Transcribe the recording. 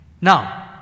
Now